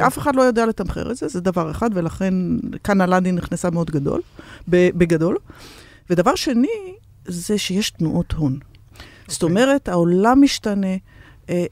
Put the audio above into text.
אף אחד לא יודע לתמחר את זה, זה דבר אחד, ולכן כאן אלאדין נכנסה מאוד גדול, בגדול. ודבר שני, זה שיש תנועות הון. זאת אומרת, העולם משתנה,